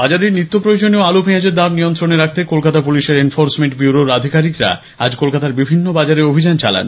বাজারে নিত্যপ্রয়োজনীয় আলু পেঁয়াজের দাম নিয়ন্ত্রণে রাখতে কলকাতা পুলিশের এনফোর্সমেন্ট ব্যুরোর আধিকারিকরা আজ কলকাতার বিভিন্ন বাজারে অভিযান চালান